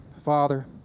Father